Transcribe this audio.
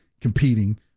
competing